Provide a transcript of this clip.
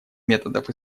методов